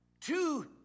two